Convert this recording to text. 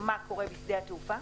מה קורה בשדה התעופה.